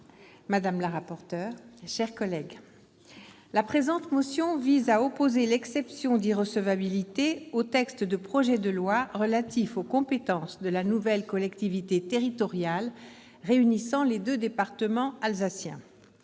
madame la rapporteur, mes chers collègues, la présente motion vise à opposer l'exception irrecevabilité au projet de loi relatif aux compétences de la nouvelle collectivité territoriale réunissant les deux départements alsaciens.